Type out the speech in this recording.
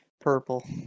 purple